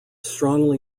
strongly